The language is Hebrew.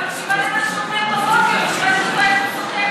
אני מקשיבה למה שהוא אומר בבוקר ואני לא מבינה איך הוא סותר את עצמו.